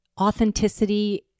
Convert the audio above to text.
authenticity